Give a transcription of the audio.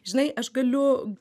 žinai aš galiu